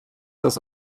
das